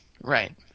Right